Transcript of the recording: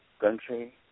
country